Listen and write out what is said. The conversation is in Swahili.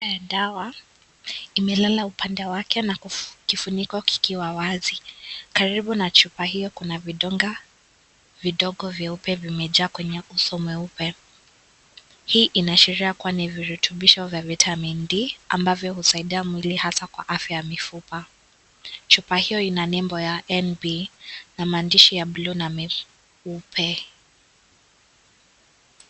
Dawa imelala upande wake na kifuniko kikiwa wazi. Karibu na Chupa hiyo Kuna vidonda vidogo vyeupe vimejaa kwenye uso mweupe. Hii inaashiria kuwa ni virutubisho vya vitamin D ambavyo husaidia mwili hasa kwa afya ya mifupa. Chupa hiyo Ina nembo ya NB na maandishi ya blue na meupe.